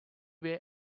way